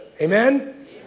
Amen